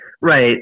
Right